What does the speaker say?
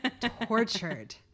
Tortured